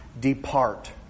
depart